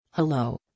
Hello